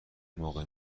موقع